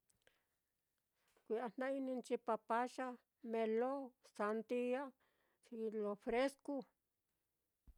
kui'a jna-ininchi papaya, melon, sandia, xilo fresku.